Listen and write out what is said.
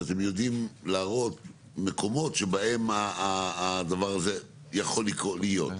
שאתם יודעים להראות מקומות שבהם הדבר הזה יכול להיות.